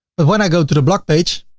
but when i go to the blog page,